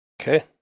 Okay